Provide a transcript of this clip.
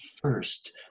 first